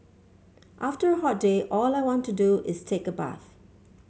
after a hot day all I want to do is take a bath